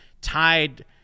tied